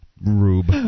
rube